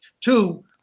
Two